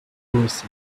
oasis